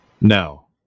No